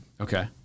Okay